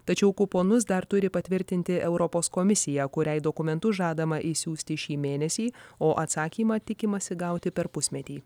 tačiau kuponus dar turi patvirtinti europos komisija kuriai dokumentu žadama išsiųsti šį mėnesį o atsakymą tikimasi gauti per pusmetį